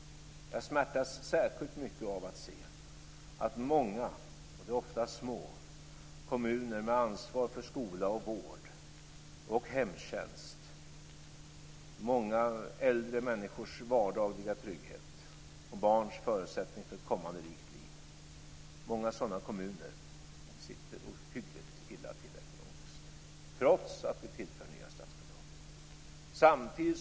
Jag smärtas särskilt mycket av att se många, oftast små, kommuner med ansvar för skola, vård och hemtjänst. Det handlar om många äldre människors vardagliga trygghet och barns förutsättning för ett kommande rikt liv. Många sådana kommuner sitter ohyggligt illa till ekonomiskt, trots att vi tillför nya statsbidrag.